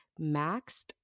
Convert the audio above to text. maxed